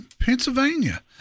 Pennsylvania